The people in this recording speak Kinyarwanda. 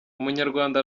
umunyarwanda